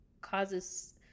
causes